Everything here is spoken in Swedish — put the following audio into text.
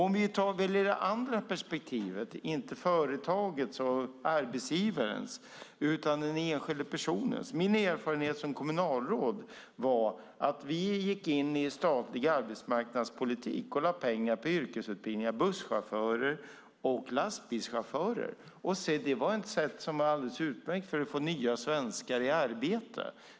Om vi tar det andra perspektivet, alltså inte företagens och arbetsgivarens, utan den enskilda personens, var min erfarenhet som kommunalråd att vi gick in i en statlig arbetsmarknadspolitik och lade pengar på yrkesutbildningar som busschaufförer och lastbilschaufförer. Och se, det var ett sätt som var alldeles utmärkt för att få nya svenskar i arbete.